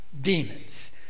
demons